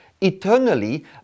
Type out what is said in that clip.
eternally